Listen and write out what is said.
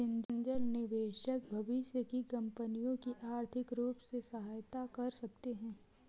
angel निवेशक भविष्य की कंपनियों की आर्थिक रूप से सहायता कर सकते हैं